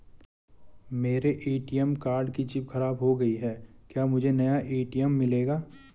मेरे ATM card की chip खराब हो गयी है क्या मुझे नया ए.टी.एम मिलेगा?